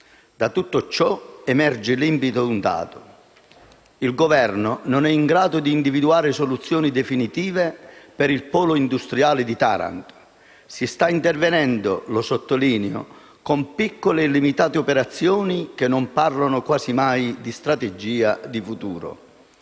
Da tutto ciò emerge limpido un dato: il Governo non è in grado di individuare soluzioni definitive per il polo industriale di Taranto. Si sta intervenendo - lo sottolineo - con piccole e limitate operazioni che non parlano quasi mai di strategia, di futuro.